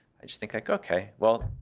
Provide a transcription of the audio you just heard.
i just think, like, ok, well,